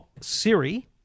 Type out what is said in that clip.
Siri